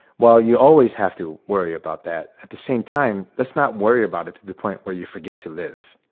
well, you always have to worry about that. at the same time, let's not worry about it to the point where you forget to live.